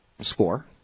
score